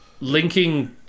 linking